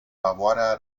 favoarea